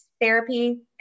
therapy